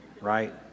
Right